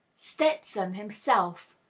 stetson, himself,